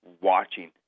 watching